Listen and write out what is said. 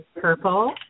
purple